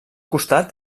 costat